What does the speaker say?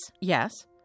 Yes